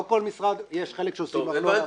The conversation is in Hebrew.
כל משרד יש חלק שעושים ארנונה --- הבנתי